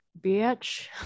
bitch